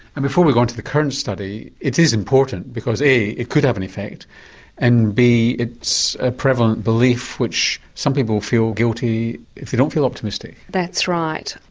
and before we go on to the current study, it is important, because a it could have an effect and b it's a prevalent belief which some people feel guilty if they don't feel optimistic. that's right.